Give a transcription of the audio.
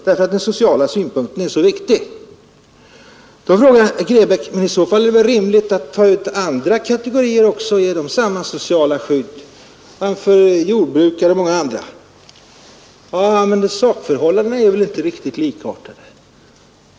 Det gör vi av sociala skäl.” Då säger herr Grebäck: I så fall är det väl rimligt att ge också andra kategorier samma sociala skydd? Han anför som exempel jordbrukare och många andra. Ja, men sakförhållandena är väl inte riktigt likartade.